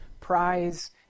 prize